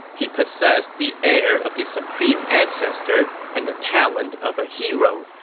he possessed the air of the supreme ancestor, and the talent of a hero.